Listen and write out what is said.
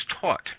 taught